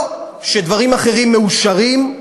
או שדברים אחרים מאושרים,